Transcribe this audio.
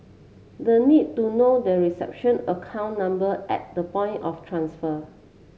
the need to know the reception account number at the point of transfer